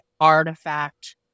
artifact